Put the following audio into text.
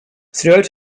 throughout